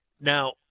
Now